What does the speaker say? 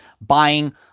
buying